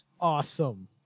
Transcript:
Awesome